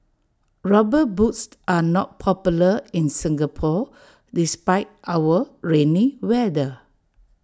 rubber boots are not popular in Singapore despite our rainy weather